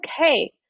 okay